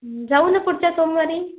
जाऊ ना पुढच्या सोमवारी